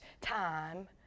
time